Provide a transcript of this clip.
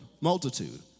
multitude